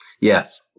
Yes